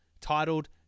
titled